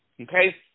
Okay